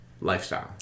lifestyle